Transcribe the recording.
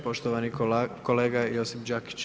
Poštovani kolega Josip Đakić.